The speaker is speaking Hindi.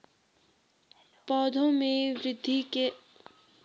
पौधों में वृद्धि के समय हमें किन दावों का छिड़काव करना चाहिए?